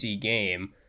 game